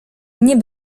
nie